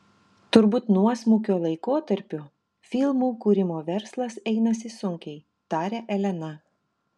turbūt nuosmukio laikotarpiu filmų kūrimo verslas einasi sunkiai taria elena